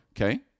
Okay